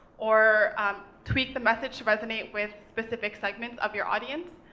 or tweet the message to resinate with specific segments of your audience.